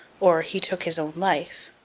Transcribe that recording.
or he took his own life.